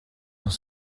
dans